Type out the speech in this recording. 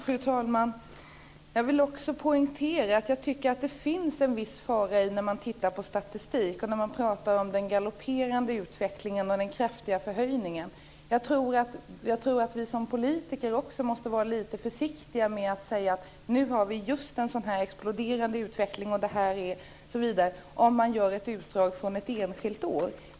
Fru talman! Jag vill också poängtera att det ligger en viss fara i att titta på statistik och att prata om den galopperande utvecklingen och den kraftiga förhöjningen. Jag tror att vi som politiker måste vara lite försiktiga med att säga att vi just nu har en exploderande utveckling, på grundval av uppgifter från ett enskilt år.